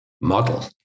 model